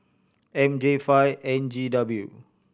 M J five N G W